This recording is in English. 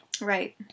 Right